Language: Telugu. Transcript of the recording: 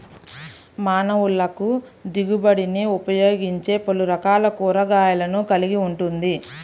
మానవులకుదిగుబడినిఉపయోగించేపలురకాల కూరగాయలను కలిగి ఉంటుంది